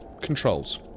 controls